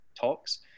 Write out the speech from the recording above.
talks